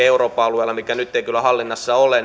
euroopan alueella mikä nyt ei kyllä hallinnassa ole